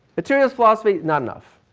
materialist philosophy not enough.